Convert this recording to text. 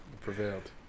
Prevailed